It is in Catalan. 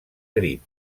grip